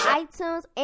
iTunes